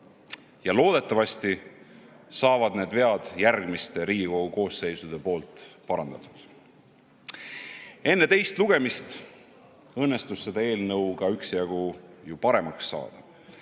Loodetavasti saavad need vead järgmistes Riigikogu koosseisudes parandatud. Enne teist lugemist õnnestus seda eelnõu üksjagu ju ka paremaks saada.